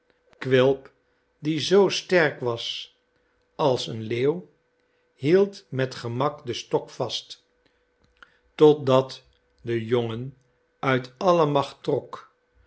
quilp die zoo sterk was als een leeuw hield met gemak den stok vast totdat de jongen uit alle macht trok